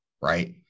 right